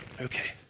Okay